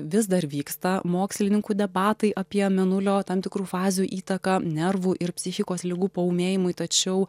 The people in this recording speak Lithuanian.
vis dar vyksta mokslininkų debatai apie mėnulio tam tikrų fazių įtaką nervų ir psichikos ligų paūmėjimui tačiau